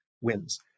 wins